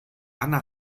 anna